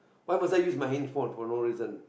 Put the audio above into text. why must I use my handphone for no reason